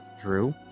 Drew